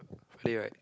friday right